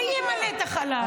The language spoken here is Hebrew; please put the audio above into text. מי ימלא את החלל?